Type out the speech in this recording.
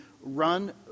run